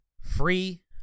Free